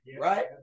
right